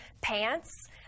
Pants